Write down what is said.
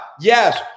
yes